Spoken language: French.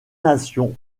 nations